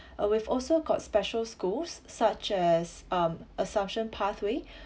uh we've also got special schools such as um assumption pathway